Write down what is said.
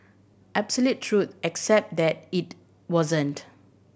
absolute truth except then it wasn't